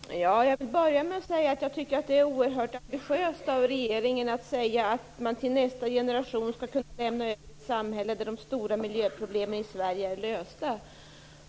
Herr talman! Jag vill börja med att säga att jag tycker att det är oerhört ambitiöst av regeringen att säga att man till nästa generation skall kunna lämna över ett samhälle där de stora miljöproblemen i Sverige är lösta.